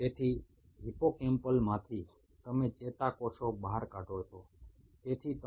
তাহলে হিপোক্যাম্পাস থেকে তোমরা নিউরন সংগ্রহ করছো